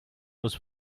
was